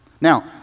now